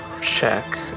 check